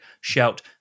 shout